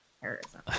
terrorism